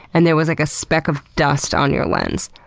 and there was like a speck of dust on your lens.